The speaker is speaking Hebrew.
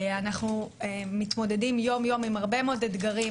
אנחנו מתמודדים יום-יום עם הרבה מאוד אתגרים